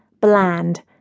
bland